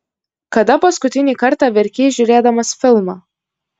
kada paskutinį kartą verkei žiūrėdamas filmą